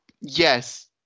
yes